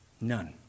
None